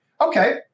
Okay